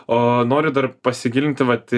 o noriu dar pasigilinti vat